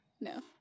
No